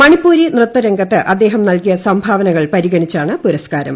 മണിപ്പൂരി നൃത്ത രംഗത്ത് അദ്ദേഹം നൽകിയ സംഭാവനകൾ പരിഗണിച്ചാണ് പുരസ്കാരം